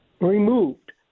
removed